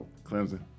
Clemson